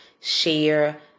share